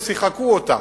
שיחקו אותה.